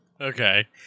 Okay